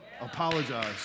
apologize